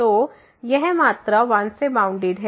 तो यह मात्रा 1 से बाउंडेड है